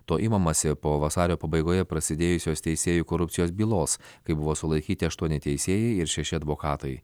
to imamasi po vasario pabaigoje prasidėjusios teisėjų korupcijos bylos kai buvo sulaikyti aštuoni teisėjai ir šeši advokatai